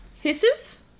hisses